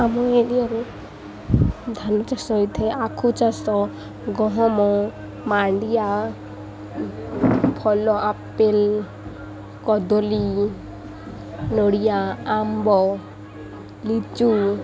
ଆମ ଏରିଆରେ ଧାନ ଚାଷ ହୋଇଥାଏ ଆଖୁ ଚାଷ ଗହମ ମାଣ୍ଡିଆ ଭଲ ଆପଲ୍ କଦଲୀ ନଡ଼ିଆ ଆମ୍ବ ଲିଚୁ